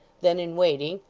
then in waiting,